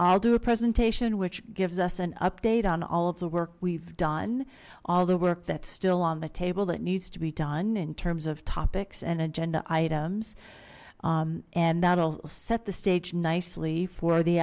i'll do a presentation which gives us an update on all of the work we've done all the work that's still on the table that needs to be done in terms of topics and agenda items and that'll set the stage nicely for the